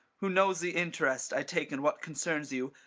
who knows the interest i take in what concerns you,